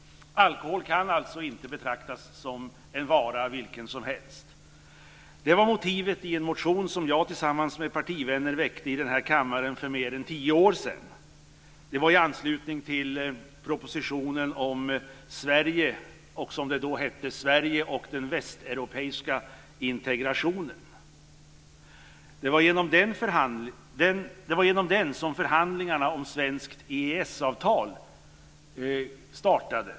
Alkohol kan alltså inte betraktas som en vara vilken som helst. Det var motivet i en motion som jag tillsammans med partivänner väckte i den här kammaren för mer än tio år sedan. Det var i anslutning till propositionen om Sverige och den västeuropeiska integrationen, som det då hette. Det var genom den som förhandlingarna om ett svenskt EES-avtal startade.